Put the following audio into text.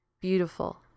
beautiful